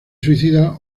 suicida